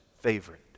favorite